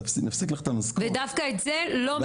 נפסיק לך את המשכורת --- ודווקא את זה לא מחייבים.